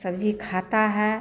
सब्ज़ी खाते हैं